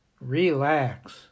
relax